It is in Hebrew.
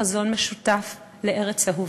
חזון משותף לארץ אהובה,